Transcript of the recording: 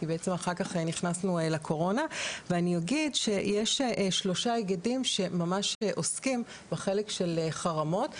ואני אגיד שיש שלושה אגדים שעוסקים בחלק של חרמות.